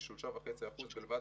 שזה כ-3.5% בלבד